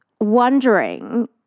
wondering